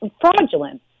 fraudulent